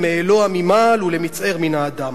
"מאלוה ממעל ולמצער מן האדם,